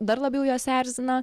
dar labiau juos erzina